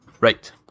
Right